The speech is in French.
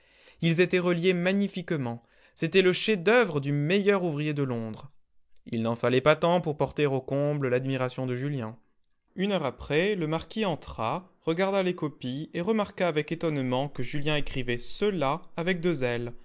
ils étaient reliés magnifiquement c'était le chef-d'oeuvre du meilleur ouvrier de londres il n'en fallait pas tant pour porter au comble l'admiration de julien une heure après le marquis entra regarda les copies et remarqua avec étonnement que julien écrivait cela avec deux